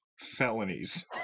felonies